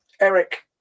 eric